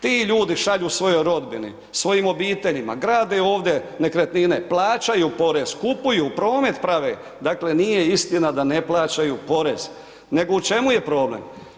Ti ljudi šalju svojoj rodbini, svojim obiteljima grade ovdje nekretnine, plaćaju porez, kupuju, promet prave, dakle, nije istina da ne plaćaju porez, nego u čemu je problem?